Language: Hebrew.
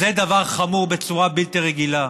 זה דבר חמור בצורה בלתי רגילה,